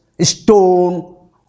stone